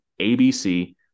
abc